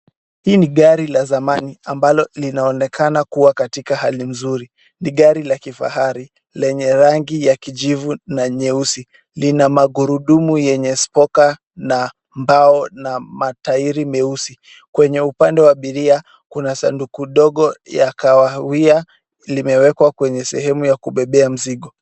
Hii ni gari la zamani ambalo linaonekana kuwa katika hali nzuri. Ni gari la kifahari lenye rangi ya kijivu na nyeusi. Lina magurudumu yenye spoka na mbao na matairi meusi. Kwenye upande wa abiria kuna sanduku ndogo ya kahawia limewekwa kwenye sehemu ya kubebea mzigo.